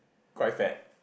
quite fat